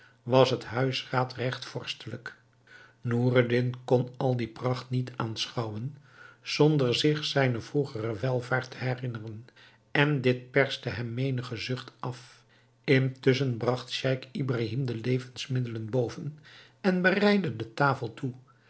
was het huisraad regt vorstelijk noureddin kon al die pracht niet aanschouwen zonder zich zijne vroegere welvaart te herinneren en dit perste hem menigen zucht af intusschen bragt scheich ibrahim de levensmiddelen boven en bereidde de tafel toe